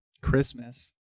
Christmas